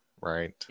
right